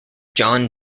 john